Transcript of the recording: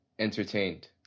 entertained